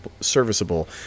serviceable